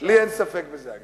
לי אין ספק בזה.